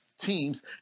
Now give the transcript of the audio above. teams